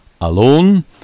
alone